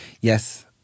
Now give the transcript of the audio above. yes